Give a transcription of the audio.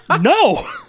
no